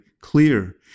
clear